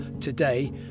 today